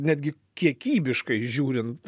netgi kiekybiškai žiūrint